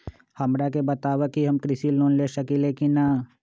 हमरा के बताव कि हम कृषि लोन ले सकेली की न?